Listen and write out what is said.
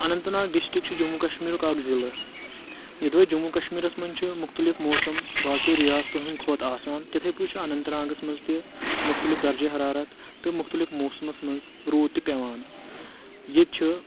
اننت Nag district چھُ جموں کشمیٖرُک اکھ ضلعہٕ یُدوے جموں کشمیٖرس منٛز چھُ مُختلف موسم باقیو ریاستو ہنٛدۍ کھۄتہٕ آسان تتھٕے پٲٹھۍ چھُ اننت ناگس منٛز تہِ مختلف درجہ حرارت تہٕ مختلف موسمس منٛز روٗد تہِ پیٚوان ییٚتہِ چھُ